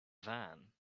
van